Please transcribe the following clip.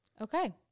okay